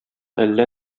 әллә